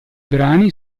brani